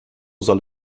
soll